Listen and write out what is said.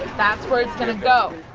that's where it's gonna go.